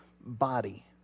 body